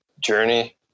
journey